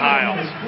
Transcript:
Hiles